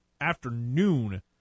afternoon